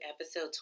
episode